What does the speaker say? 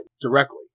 directly